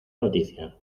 noticia